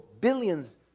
billions